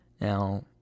Now